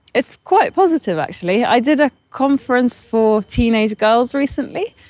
it's quite positive actually. i did a conference for teenage girls recently,